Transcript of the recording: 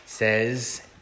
says